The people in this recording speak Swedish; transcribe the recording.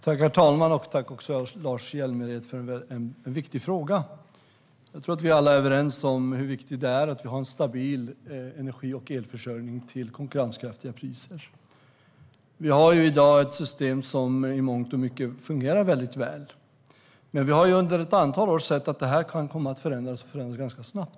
Herr talman! Tack, Lars Hjälmered, för en viktig fråga! Jag tror att vi alla är överens om hur viktigt det är att vi har en stabil energi och elförsörjning till konkurrenskraftiga priser. Vi har i dag ett system som i mångt och mycket fungerar väldigt väl. Vi har dock under ett antal år sett att detta kan komma att förändras och det ganska snabbt.